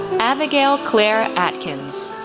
abigail claire atkins,